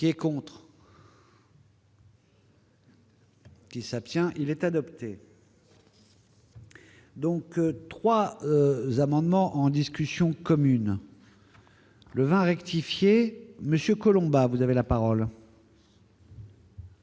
qui est pour. Qui s'abstient, il est adopté. Donc 3 amendements en discussion commune. Le vent a rectifié Monsieur Colomba, vous avez la parole. Bien